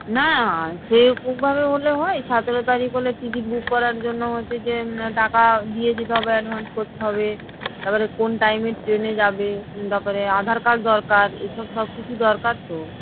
না সেরকমভাবে হলে হয় সতেরো তারিখ হলে টিকিট বুক করার জন্য হচ্ছে যে টাকা দিয়ে যেতে হবে অ্যাডভান্স করতে হবে তারপরে কোন টাইমে ট্রেনে যাবে তারপরে আধার কার্ড দরকার এসব সব কিছু দরকার তো